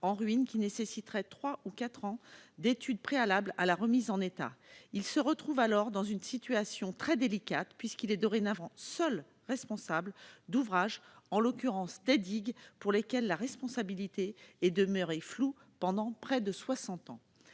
en ruine, qui nécessiteraient trois ou quatre ans d'études préalables à leur remise en état. Il se retrouve donc dans une situation très délicate, puisqu'il est dorénavant seul responsable d'ouvrages, en l'occurrence des digues, pour lesquelles la responsabilité est demeurée floue pendant près de soixante